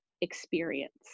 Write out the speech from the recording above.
experience